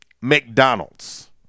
McDonald's